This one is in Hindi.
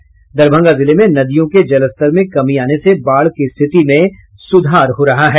वहीं दरभंगा जिले में नदियों के जलस्तर में कमी आने से बाढ़ की रिथति में सुधार हो रहा है